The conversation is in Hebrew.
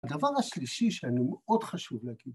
הדבר השלישי שהיה לי מאוד חשוב להגיד